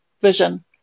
vision